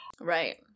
Right